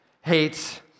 hates